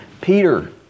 Peter